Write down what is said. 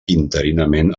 interinament